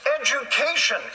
Education